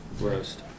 roast